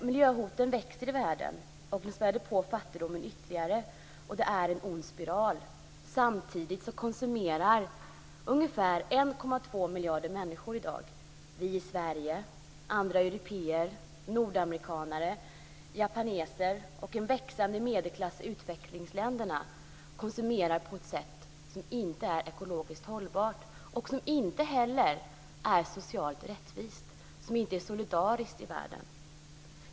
Miljöhoten växer i världen, och de spär på fattigdomen ytterligare, och det är en ond spiral. Samtidigt konsumerar ungefär 1,2 miljarder människor, vi i Sverige, andra européer, nordamerikaner, japaner och en växande medelklass i utvecklingsländerna, på ett sätt som inte är ekologiskt hållbart och som inte heller är socialt rättvist eller solidariskt i världen.